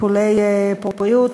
51) (הגנה לעובדת או עובד העוברים טיפולי פוריות),